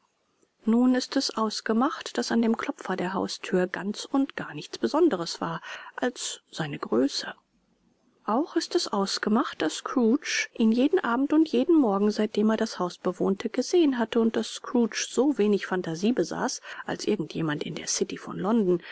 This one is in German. nun ist es ausgemacht daß an dem klopfer der hausthür ganz und gar nichts besonderes war als seine größe auch ist es ausgemacht daß scrooge ihn jeden abend und jeden morgen seitdem er das haus bewohnte gesehen hatte und daß scrooge so wenig phantasie besaß als irgend jemand in der city von london